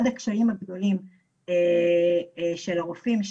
אחד הקשיים הגדולים של הרופאים,